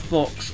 Fox